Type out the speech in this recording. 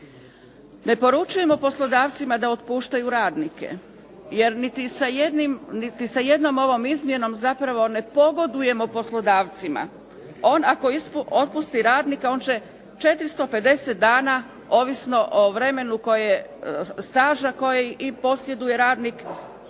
Ne poručujemo poslodavcima da otpuštaju radnike, jer niti sa jednom ovom izmjenom zapravo ne pogodujemo poslodavcima. On ako otpusti radnika, on će 450 dana, ovisno o vremenu staža koje posjeduje radnik,